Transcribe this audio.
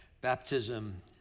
Baptism